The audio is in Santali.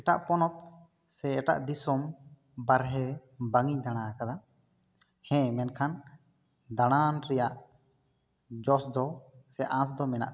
ᱮᱴᱟᱜ ᱯᱚᱱᱚᱛ ᱥᱮ ᱮᱴᱟᱜ ᱫᱤᱥᱚᱢ ᱵᱟᱨᱦᱮ ᱵᱟᱝ ᱤᱧ ᱫᱟᱬᱟ ᱟᱠᱟᱫᱟ ᱦᱮᱸ ᱢᱮᱱᱠᱷᱟᱱ ᱫᱟᱬᱟᱱ ᱨᱮᱭᱟᱜ ᱡᱚᱥ ᱫᱚ ᱥᱮ ᱟᱸᱥ ᱫᱚ ᱢᱮᱱᱟᱜ ᱛᱤᱧᱟᱹ